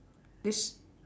this